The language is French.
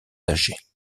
âgées